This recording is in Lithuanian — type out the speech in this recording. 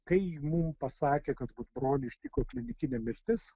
kai mums pasakė kad brolį ištiko klinikinė mirtis